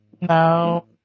No